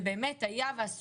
זה באמת היה ובאו